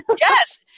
Yes